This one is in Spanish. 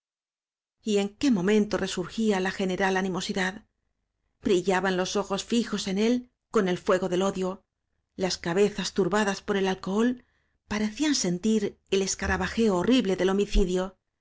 en qué momento resurgía la general animosidad brillaban los ojos fijos en él con el fuego del odio las cabezas turbadas por el alcohol parecían sentir el escarabajeo horrible del homicidio